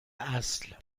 اصل